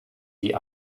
die